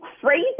crazy